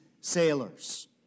sailors